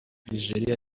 nijeriya